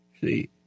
See